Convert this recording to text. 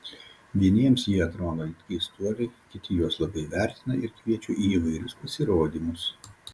vieniems jie atrodo it keistuoliai kiti juos labai vertina ir kviečia į įvairius pasirodymus